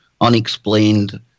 unexplained